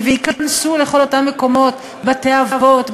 וייכנסו לכל אותם מקומות: בתי-אבות,